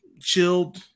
Chilled